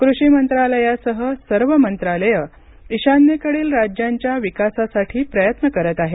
कृषी मंत्रालयासह सर्व मंत्रालयं ईशान्येकडील राज्यांच्या विकासासाठी प्रयत्न करत आहेत